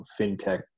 fintech